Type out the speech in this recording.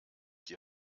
die